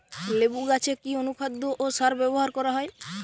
লেবু গাছে কি অনুখাদ্য ও সার ব্যবহার করা হয়?